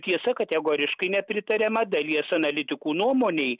tiesa kategoriškai nepritariama dalies analitikų nuomonei